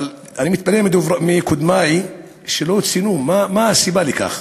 אבל אני מתפלא על קודמי, שלא ציינו מה הסיבה לכך,